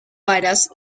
varas